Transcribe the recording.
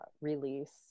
release